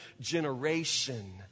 generation